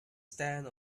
stand